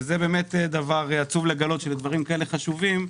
זה דבר עצוב לגלות, שלדברים כאלה חשובים,